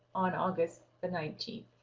on august the nineteenth.